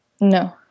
No